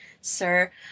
sir